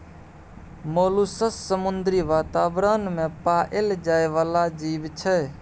molluscs समुद्री बातावरण मे पाएल जाइ बला जीब छै